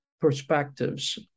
perspectives